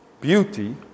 Beauty